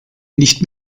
nicht